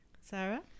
Sarah